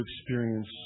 experience